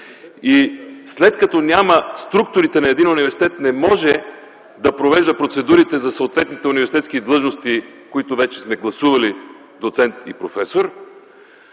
И след като няма структурата на един университет, не може да провежда процедурите за съответните университетски длъжности, които вече сме гласували – доцент и професор,